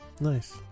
Nice